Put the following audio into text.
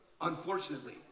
Unfortunately